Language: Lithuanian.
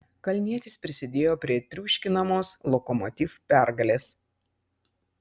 kalnietis prisidėjo prie triuškinamos lokomotiv pergalės